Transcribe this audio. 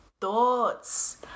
thoughts